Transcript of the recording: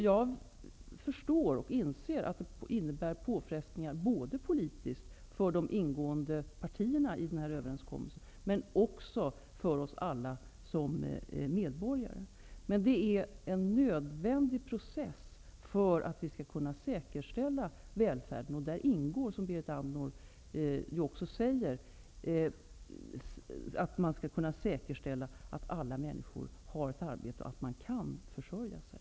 Jag förstår och inser att det innebär påfrestningar dels politiskt för de partier som är inblandade i överenskommelsen, dels för oss alla såsom medborgare. Men det är en nödvändig process för att vi skall kunna säkerställa välfärden. I den processen ingår, som Berit Andnor säger, att man skall kunna säkerställa att alla människor har ett arbete och kan försörja sig.